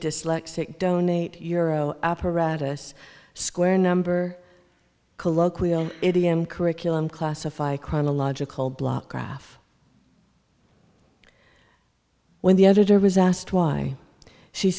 dyslexic donate euro apparatus square number colloquial idiom curriculum classify chronological block graph when the editor was asked why she